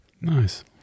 Nice